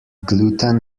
gluten